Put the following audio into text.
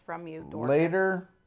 later